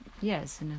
Yes